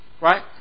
Right